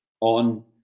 on